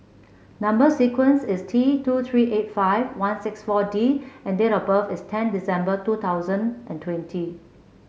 number sequence is T two three eight five one six four D and date of birth is ten December two thousand and twenty